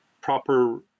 proper